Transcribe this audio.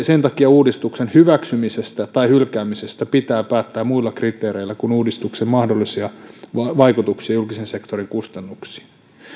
sen takia uudistuksen hyväksymisestä tai hylkäämisestä pitää päättää muilla kriteereillä kuin uudistuksen mahdollisilla vaikutuksilla julkisen sektorin kustannuksiin